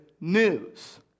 news